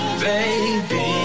baby